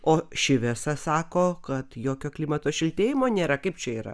o ši vėsa sako kad jokio klimato šiltėjimo nėra kaip čia yra